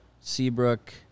Seabrook